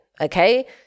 Okay